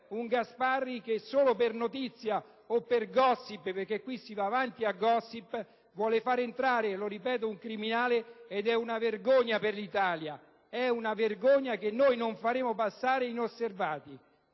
di Gasparri, che solo per notizia o per *gossip* (perché qui si va avanti a *gossip*) vuol far entrare - e lo ripeto - un criminale in quest'Aula. È una vergogna per l'Italia. È una vergogna che non faremo passare inosservata!